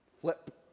Flip